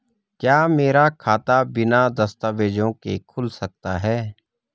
क्या मेरा खाता बिना दस्तावेज़ों के खुल सकता है?